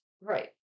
Right